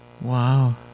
Wow